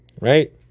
Right